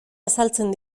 azaltzen